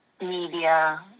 media